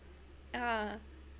ah